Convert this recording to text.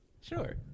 Sure